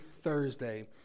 Thursday